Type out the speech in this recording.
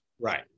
Right